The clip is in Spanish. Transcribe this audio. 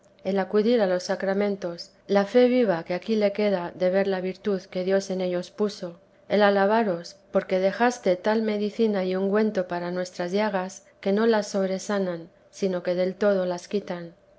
el acudir a los sacramentos la fe viva que aquí le queda de ver la virtud que dios en ellos puso el alabaros porque dejaste tal medicina y ungüento para nuestras llagas que no las sobresanan sino que del todo las quitan